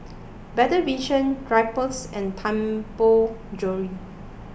Better Vision Drypers and Tianpo Jewellery